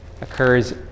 occurs